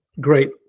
great